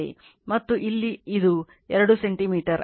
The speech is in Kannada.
ಮತ್ತು ಇಲ್ಲಿ ಇದು 2 ಸೆಂಟಿಮೀಟರ್ ಆಗಿದೆ